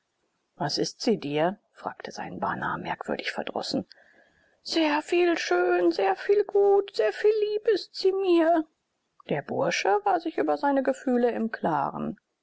was ist sie dir fragte sein bana merkwürdig verdrossen sehr viel schön sehr viel gut sehr viel lieb ist sie mir der bursche war sich über seine gefühle im klaren